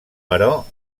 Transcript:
però